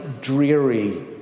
dreary